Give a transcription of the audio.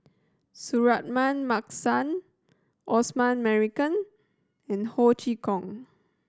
Suratman Markasan Osman Merican and Ho Chee Kong